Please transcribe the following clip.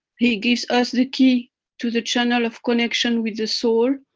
he gives us the key to the channel of connection with the soul.